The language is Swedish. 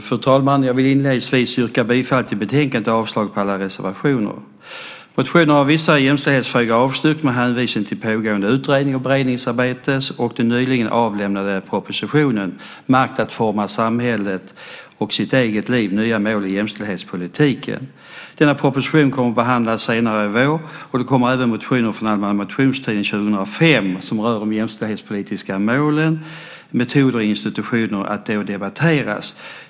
Fru talman! Inledningsvis yrkar jag bifall till utskottets förslag i betänkandet och avslag på alla reservationer. Motioner om vissa jämställdhetsfrågor avstyrks med hänvisning till pågående utrednings och beredningsarbete och till den nyligen avlämnade propositionen Makt att forma samhället och sitt eget liv - nya mål i jämställdhetspolitiken . Denna proposition kommer att behandlas senare i vår. Då kommer även motioner från den allmänna motionstiden 2005 som rör de jämställdhetspolitiska målen, metoder och institutioner att debatteras.